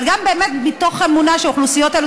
אבל גם באמת מתוך אמונה שהאוכלוסיות האלה